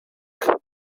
tank